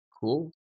Cool